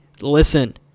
listen